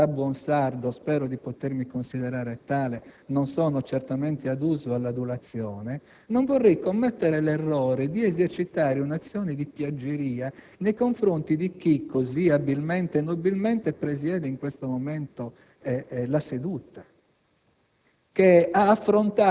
commettere l'errore - da buon sardo, spero di potermi considerarmi tale, non sono certamente aduso all'adulazione - di esercitare un'azione di piaggeria nei confronti di chi così abilmente e nobilmente presiede in questo momento la seduta,